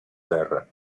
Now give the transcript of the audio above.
terra